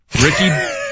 Ricky